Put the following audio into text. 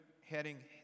heading